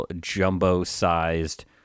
jumbo-sized